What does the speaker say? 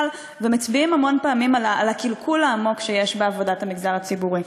ומצביעים המון פעמים על הקלקול העמוק שיש בעבודת המגזר הציבורי,